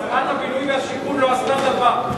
שרת הבינוי והשיכון לא עשתה דבר,